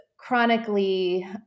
chronically